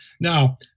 Now